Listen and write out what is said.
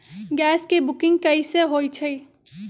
Gas के booking कैसे होईछई?